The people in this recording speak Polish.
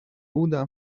uda